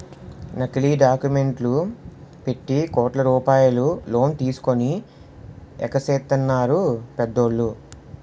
నకిలీ డాక్యుమెంట్లు పెట్టి కోట్ల రూపాయలు లోన్ తీసుకొని ఎగేసెత్తన్నారు పెద్దోళ్ళు